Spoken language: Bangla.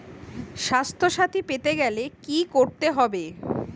স্বাস্থসাথী পেতে গেলে কি করতে হবে?